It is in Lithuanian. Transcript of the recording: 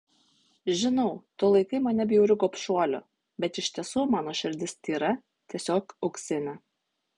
žinau tu laikai mane bjauriu gobšuoliu bet iš tiesų mano širdis tyra tiesiog auksinė